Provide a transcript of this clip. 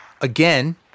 Again